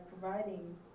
providing